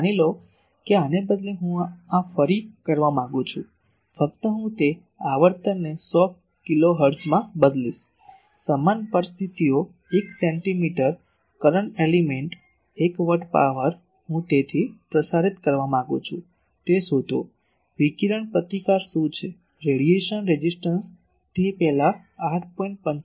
હવે માની લો કે આને બદલે હું આ ફરી કરવા માંગુ છું પરંતુ હું તે આવર્તનને 100 કિલોહર્ટ્ઝમાં બદલીશ સમાન પરિસ્થિતિઓ એક centimetre current element 1 watt power હું તેથી પ્રસારિત કરવા માંગુ છું તે શોધો વિકિરણ પ્રતિકાર શું છે રેડિયેશન રેઝિસ્ટન્સ તે પહેલાં 8